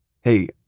Hey